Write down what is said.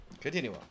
Continue